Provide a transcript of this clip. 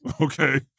okay